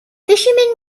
fisherman